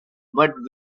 but